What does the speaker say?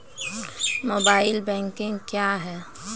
Mobile banking क्या हैं?